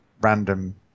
random